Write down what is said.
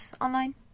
online